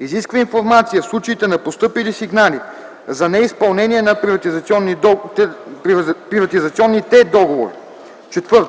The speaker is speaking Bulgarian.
изисква информация в случаите на постъпили сигнали за неизпълнение на приватизационните договори; 4.